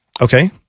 Okay